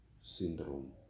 syndrome